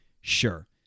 Sure